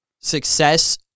success